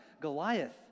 Goliath